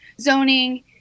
zoning